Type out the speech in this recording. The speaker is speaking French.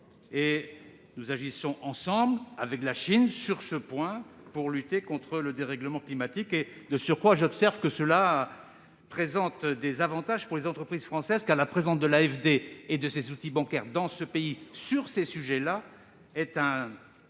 Nous agissons avec la Chine, sur ce point, pour lutter contre le dérèglement climatique. De surcroît, j'observe que cela présente des avantages pour les entreprises françaises, car l'intervention de l'AFD et de ses outils bancaires dans ce pays, sur ces sujets-là,